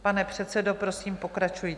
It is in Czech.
Pane předsedo, prosím pokračujte.